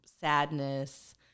sadness